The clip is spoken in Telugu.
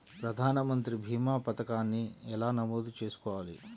ప్రధాన మంత్రి భీమా పతకాన్ని ఎలా నమోదు చేసుకోవాలి?